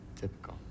Typical